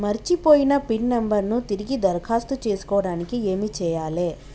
మర్చిపోయిన PIN number ను తిరిగి దరఖాస్తు చేసుకోవడానికి ఏమి చేయాలే?